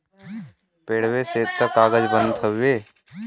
पेड़वे से त कागज बनत हउवे